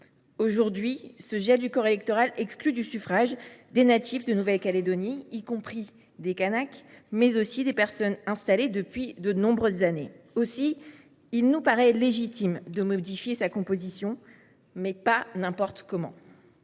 Aujourd’hui, le gel du corps électoral exclut du suffrage des natifs de Nouvelle Calédonie, y compris des Kanaks, mais aussi des personnes installées depuis de nombreuses années. Aussi, il nous paraît légitime de modifier la composition du corps électoral, mais pas n’importe comment.